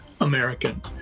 American